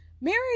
Mary